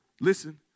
Listen